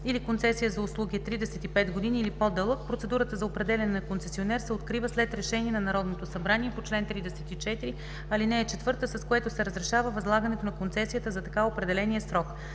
или концесия за услуги е 35 години или по-дълъг, процедурата за определяне на концесионер се открива след решение на Народното събрание по чл. 34, ал. 4, с което се разрешава възлагането на концесията за така определения срок.“